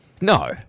No